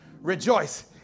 rejoice